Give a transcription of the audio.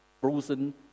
frozen